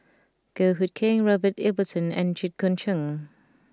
Goh Hood Keng Robert Ibbetson and Jit Koon Ch'ng